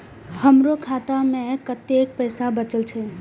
हमरो खाता में कतेक पैसा बचल छे?